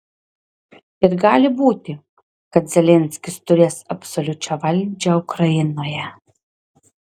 ir gali būti kad zelenskis turės absoliučią valdžią ukrainoje